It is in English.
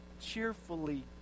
cheerfully